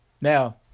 Now